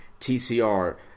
TCR